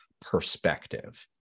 perspective